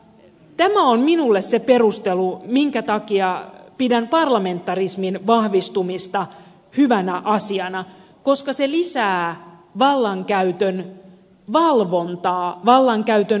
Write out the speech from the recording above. tämä on minulle se perustelu minkä takia pidän parlamentarismin vahvistumista hyvänä asiana koska se lisää vallankäytön valvontaa vallankäytön kontrollia